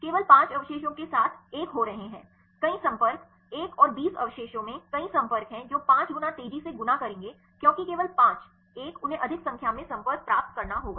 केवल 5 अवशेषों के साथ एकहो रहे हैं कई संपर्क एक और 20 अवशेषों में कई संपर्क हैं जो 5 गुना तेजी से गुना करेंगे क्योंकि केवल 5 एक उन्हें अधिक संख्या में संपर्क प्राप्त करना होगा